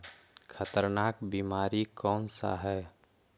खतरनाक बीमारी कौन सा है?